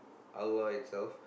our lord itself